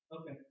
Okay